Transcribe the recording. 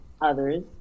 others